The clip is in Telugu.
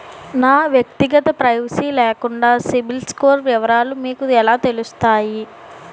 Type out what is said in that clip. నా వ్యక్తిగత ప్రైవసీ లేకుండా సిబిల్ స్కోర్ వివరాలు మీకు ఎలా తెలుస్తాయి?